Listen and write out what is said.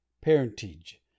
parentage